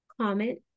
comment